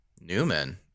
Newman